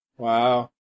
Wow